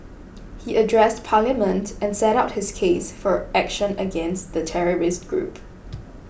he addressed Parliament and set out his case for action against the terrorist group